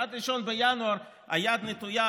עד 1 בינואר היד נטויה.